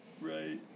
Right